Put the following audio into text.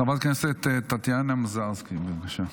חברת הכנסת טטיאנה מזרסקי, בבקשה.